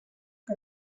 que